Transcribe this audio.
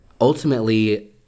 ultimately